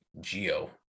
Geo